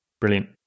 Brilliant